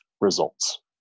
results